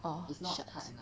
orh shucks